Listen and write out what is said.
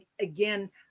again